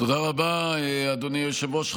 תודה רבה, אדוני היושב-ראש.